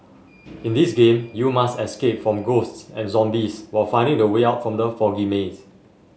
in this game you must escape from ghosts and zombies while finding the way out from the foggy maze